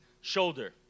shoulder